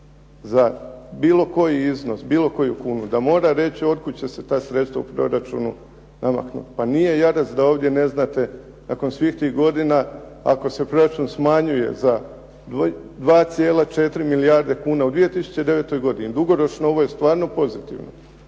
za bilo koji iznos, bilo koju kunu, da mora reći otkud će se ta sredstva u proračunu namaknuti. Pa nije jarac da ovdje ne znate nakon svih tih godina, ako se proračun smanjuje za 2,4 milijarde kuna u 2009. godini. Dugoročno ovo je stvarno pozitivno.